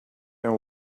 and